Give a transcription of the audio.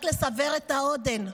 רק לסבר את האוזן,